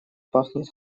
пахнет